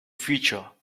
future